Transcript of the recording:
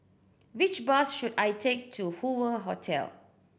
which bus should I take to Hoover Hotel